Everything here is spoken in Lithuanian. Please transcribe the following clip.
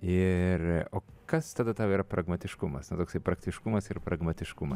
ir o kas tada tau yra pragmatiškumas na toksai praktiškumas ir pragmatiškumas